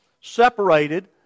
separated